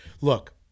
look